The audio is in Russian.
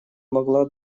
могла